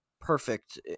perfect